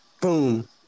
Boom